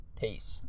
Peace